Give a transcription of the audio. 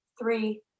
Three